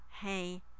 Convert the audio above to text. hey